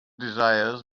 desires